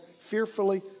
Fearfully